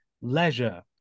leisure